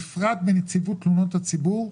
בפרט בנציבות תלונות הציבור,